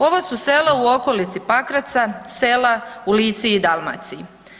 Ovo su sela u okolici Pakraca, sela u Lici i Dalmaciji.